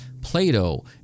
Plato